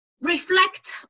reflect